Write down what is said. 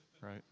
right